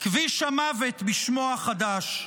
כביש המוות בשמו החדש.